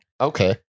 Okay